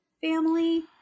family